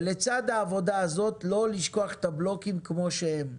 ולצד העבודה הזאת לא לשכוח את הבלוקים כפי שהם.